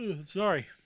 Sorry